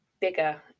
bigger